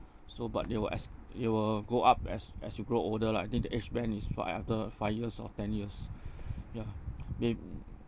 so but they will as it will go up as as you grow older lah I think the age band is for after five years or ten years ya they